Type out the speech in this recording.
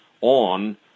on